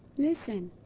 listen,